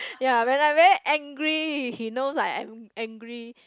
ya when I very angry he knows I am angry